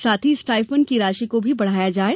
साथ ही स्टाइफंड की राशि को भी बढ़ाया जाये